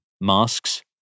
masks